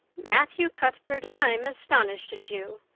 matthew cuthbert, i'm astonished at you.